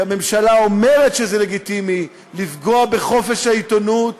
כי הממשלה אומרת שזה לגיטימי לפגוע בחופש העיתונות